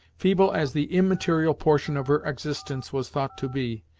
feeble as the immaterial portion of her existence was thought to be,